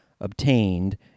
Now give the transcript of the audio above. obtained